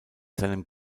seinem